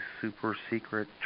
super-secret